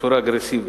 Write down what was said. בצורה אגרסיבית.